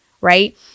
right